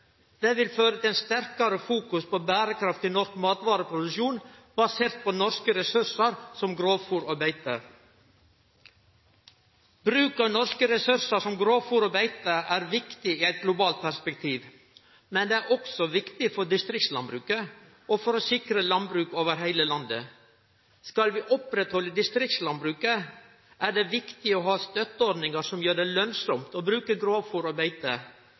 Det vil føre til eit sterkare fokus på berekraftig norsk matvareproduksjon basert på norske ressursar som grovfôr og beite. Bruk av norske ressursar som grovfôr og beite er viktig i eit globalt perspektiv, men det er også viktig for distriktslandbruket og for å sikre landbruk over heile landet. Skal vi halde oppe distriktslandbruket, er det viktig å ha støtteordningar som gjer det lønnsamt å bruke